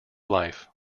life